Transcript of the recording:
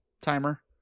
timer